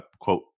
quote